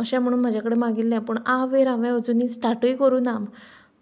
अशें म्हूण म्हजे कडेन मागिल्लें पूण आवेर हांवें अजुनी स्टाटूय करूंक ना